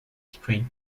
spring